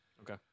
Okay